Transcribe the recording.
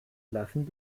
lassen